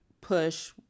push